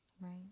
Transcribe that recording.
Right